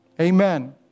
amen